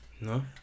No